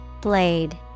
Blade